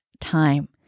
time